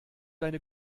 deine